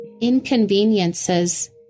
inconveniences